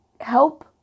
help